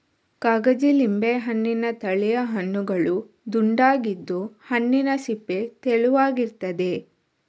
ಕಾಗಜಿ ಲಿಂಬೆ ಹಣ್ಣಿನ ತಳಿಯ ಹಣ್ಣುಗಳು ದುಂಡಗಿದ್ದು, ಹಣ್ಣಿನ ಸಿಪ್ಪೆ ತೆಳುವಾಗಿರ್ತದೆ